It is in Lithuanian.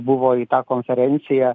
buvo į tą konferenciją